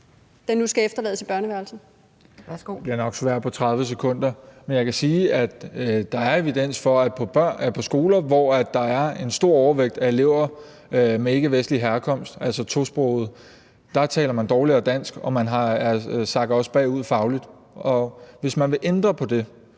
Kl. 11:50 Jacob Mark (SF): Det er nok svært på 30 sekunder, men jeg kan sige, at der er evidens for, at på skoler, hvor der er en stor overvægt af elever af ikkevestlig herkomst, altså tosprogede, taler man dårligere dansk og man sakker også bagud fagligt. Hvis man vil ændre på det,